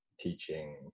teaching